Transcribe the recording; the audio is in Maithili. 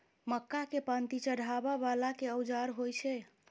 मक्का केँ पांति चढ़ाबा वला केँ औजार होइ छैय?